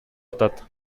атат